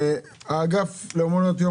האגף למעונות יום